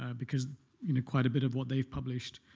ah because you know quite a bit of what they've published,